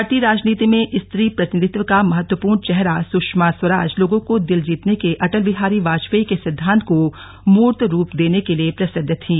भारतीय राजनीति में स्त्री प्रतिनिधित्व का महत्वपूर्ण चेहरा सुषमा स्वराज लोगों का दिल जीतने के अटल बिहारी वाजपेयी के सिद्धांत को मूर्त रूप देने के लिए प्रसिद्ध थीं